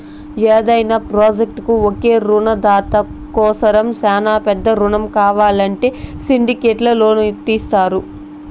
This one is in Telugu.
యాదైన ప్రాజెక్టుకు ఒకే రునదాత కోసరం శానా పెద్ద రునం కావాలంటే సిండికేట్ లోను తీస్తారు